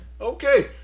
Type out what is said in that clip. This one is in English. Okay